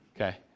okay